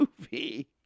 movie